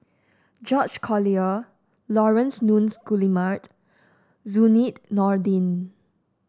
George Collyer Laurence Nunns Guillemard Zainudin Nordin